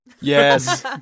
Yes